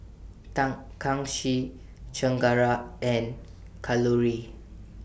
Tan Kanshi Chengara and Kalluri